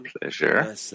pleasure